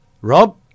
Rob